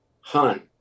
Hun